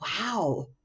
wow